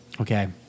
Okay